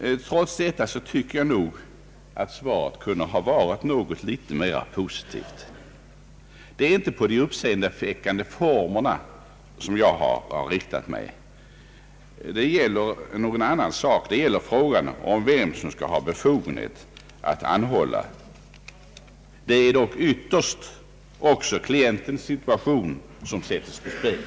I så fall tycker jag att svaret kunde ha varit något mera positivt. Mina anmärkningar är inte riktade mot de uppseendeväckande formerna vid ett anhållande; de gäller frågan om vem som inför sittande rätt skall ha befogenhet att göra ett anhållande. Det måste vara ett opartiskt organ d.v.s. rätten. Det är dock ytterst också klientens situation det här gäller.